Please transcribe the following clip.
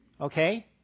Okay